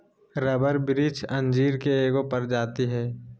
rubber वृक्ष अंजीर के एगो प्रजाति हइ